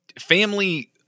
family